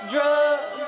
Drugs